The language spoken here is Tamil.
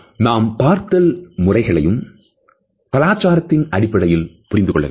நாம் பார்த்தல் முறைகளையும் கலாச்சாரத்தின் அடிப்படையில் புரிந்து கொள்ள வேண்டும்